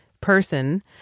person